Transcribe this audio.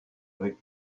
avec